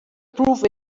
proof